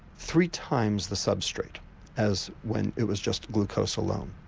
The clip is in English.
three times the substrate as when it was just glucose alone.